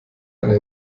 einer